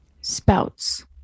Spouts